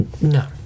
No